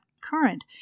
current